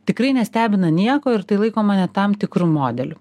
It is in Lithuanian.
tikrai nestebina nieko ir tai laikoma net tam tikru modeliu